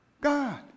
God